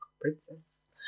princess